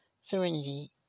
serenity